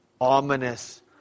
ominous